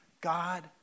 God